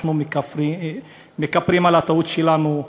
אנחנו מכפרים על הטעות שלנו.